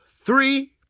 three